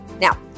Now